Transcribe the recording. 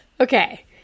Okay